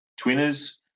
twinners